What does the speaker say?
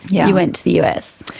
yeah you went to the us.